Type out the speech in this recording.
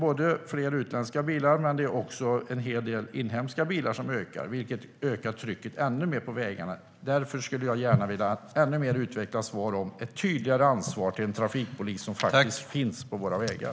Både utländska och inhemska bilar ökar, vilket ökar trycket ännu mer på vägarna. Därför skulle jag vilja att ministern utvecklade svaret om ett tydligare ansvar för den trafikpolis som faktiskt finns på våra vägar.